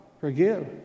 Forgive